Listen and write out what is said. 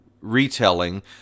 retelling